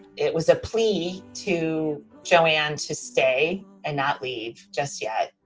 it was a plea to joanne to stay and not leave just yet.